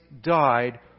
died